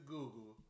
Google